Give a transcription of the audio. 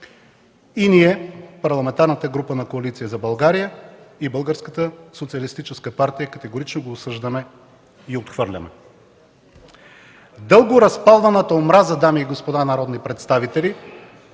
И ние – Парламентарната група на Коалиция за България и Българската социалистическа партия, категорично го осъждаме и отхвърляме. Дълго разпалваната омраза, дами и господа народни представители,